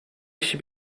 kişi